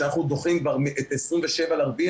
שאנחנו דוחים כבר ל-27 באפריל,